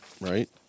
right